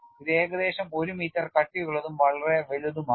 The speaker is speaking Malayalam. ഇത് ഏകദേശം 1 മീറ്റർ കട്ടിയുള്ളതും വളരെ വലുതുമാണ്